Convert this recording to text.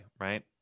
right